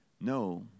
No